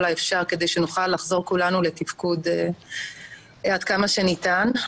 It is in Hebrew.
האפשר כדי שנוכל לחזור כולנו לתפקוד עד כמה שניתן,